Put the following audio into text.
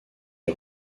les